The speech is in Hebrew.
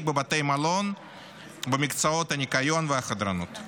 בבתי המלון במקצועות הניקיון והחדרנות.